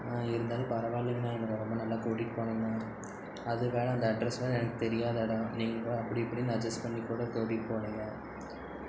இருந்தாலும் பரவால்லிங்கணா என்ன ரொம்ப நல்லா கூட்டிகிட்டு போனிங்கணா அது வேறு அந்த அட்ரசும் எனக்கு தெரியாத இடம் நீங்கள்தா அப்படி இப்படினு அட்ஜஸ்ட் பண்ணி கூட கூட்டிகிட்டு போனிங்க